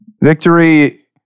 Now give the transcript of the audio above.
Victory